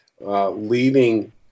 leaving